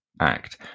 act